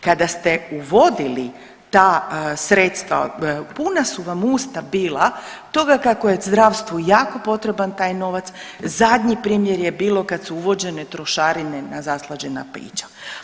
Kada ste uvodili ta sredstva, puna su vam usta bila toga kako je zdravstvu jako potreban taj novac, zadnji primjer je bilo kad su uvođene trošarine na zaslađena pića.